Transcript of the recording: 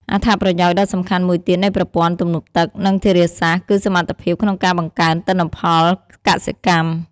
អត្ថប្រយោជន៍ដ៏សំខាន់មួយទៀតនៃប្រព័ន្ធទំនប់ទឹក និងធារាសាស្ត្រ គឺសមត្ថភាពក្នុងការបង្កើនទិន្នផលកសិកម្ម។